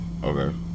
Okay